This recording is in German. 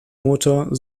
motor